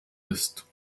ist